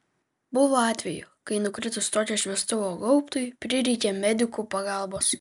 buvo atvejų kai nukritus tokio šviestuvo gaubtui prireikė medikų pagalbos